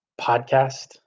podcast